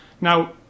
Now